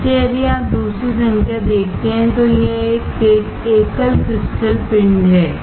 इसलिए यदि आप दूसरी संख्या देखते हैं तो यह एक एकल क्रिस्टल पिंड है